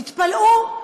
תתפלאו,